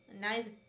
Nice